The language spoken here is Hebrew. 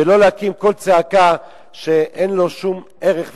ולא להקים קול צעקה שאין לו שום ערך ותכלית.